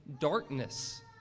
darkness